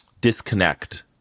disconnect